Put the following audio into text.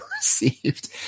received